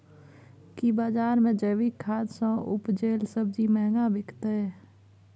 की बजार मे जैविक खाद सॅ उपजेल सब्जी महंगा बिकतै?